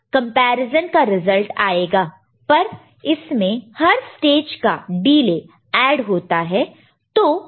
comparison का result आएगा पर इसमें हर स्टेज का डिले ऐड होता है तो यह कैसे काम करेगा